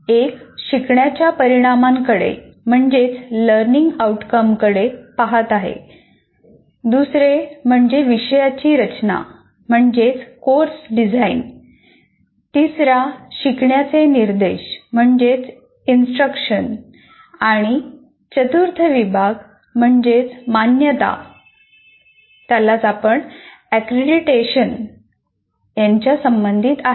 एक शिकण्याच्या परीणामांकडे आहे